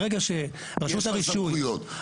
ברגע שרשות הרישוי --- יש לה סמכויות.